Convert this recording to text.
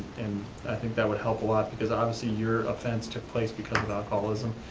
and i think that would help a lot, because obviously your offense took place because of alcoholism,